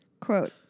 quote